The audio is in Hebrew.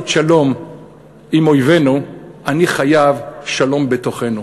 שלום עם אויבינו אני חייב שלום בתוכנו,